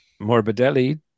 Morbidelli